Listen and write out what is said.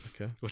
Okay